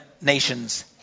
nations